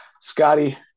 scotty